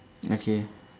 okay